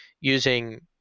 using